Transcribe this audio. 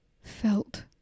felt